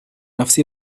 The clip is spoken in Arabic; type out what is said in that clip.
نفس